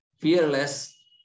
fearless